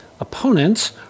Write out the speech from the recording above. Opponents